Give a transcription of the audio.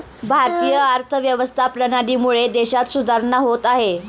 भारतीय अर्थव्यवस्था प्रणालीमुळे देशात सुधारणा होत आहे